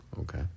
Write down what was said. Okay